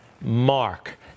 Mark